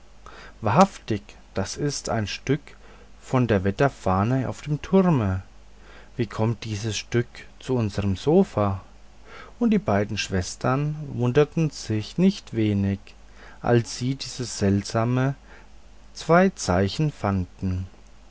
wahrhaftig das ist ein stück von der wetterfahne auf dem turme wie kommt dieses stück zu unserm sofa und beide schwestern wunderten sich nicht wenig als sie diese seltsamen zwei zeichen fanden